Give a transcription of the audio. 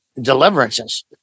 deliverances